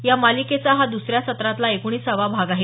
या मालिकेचा हा दुसऱ्या सत्रातला एकोणिसावा भाग आहे